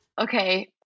Okay